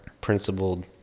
principled